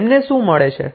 તેમને શું મળે છે